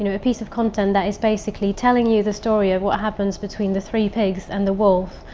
and a piece of content that is basically telling you the story of what happens. between the three pigs and the wolf,